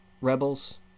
Rebels